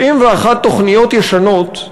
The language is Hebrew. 91 תוכניות ישנות,